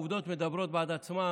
העובדות מדברות בעד עצמן,